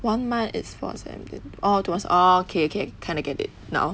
one month is four sem then orh to was orh okay okay kind of get it now